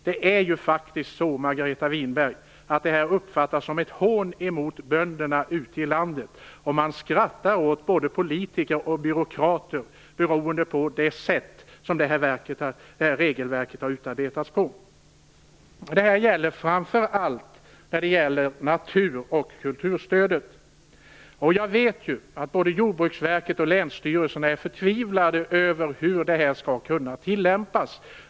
Det här uppfattas, Margareta Winberg, som ett hån mot bönderna ute i landet. Man skrattar åt både politiker och byråkrater för det sätt som det här regelverket har utarbetats på. Det gäller framför allt natur och kulturstödet. Jag vet att både Jordbruksverket och länsstyrelserna är förtvivlade över hur det här skall kunna tillämpas.